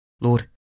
Lord